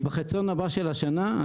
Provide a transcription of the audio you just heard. ובחציון הבא של השנה,